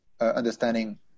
understanding